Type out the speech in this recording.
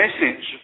message